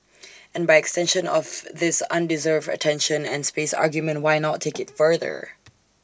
and by extension of this undeserved attention and space argument why not take IT further